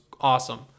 awesome